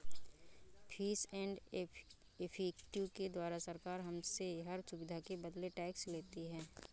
fees and effective के द्वारा सरकार हमसे हर सुविधा के बदले टैक्स लेती है